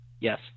Yes